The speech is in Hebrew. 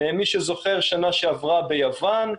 מי שזוכר שנה שעברה ביוון,